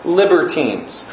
libertines